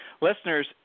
Listeners